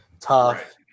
tough